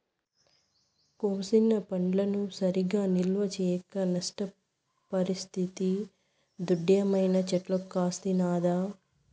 కోసిన వడ్లను సరిగా నిల్వ చేయక నష్టపరిస్తిది దుడ్డేమైనా చెట్లకు కాసినాదో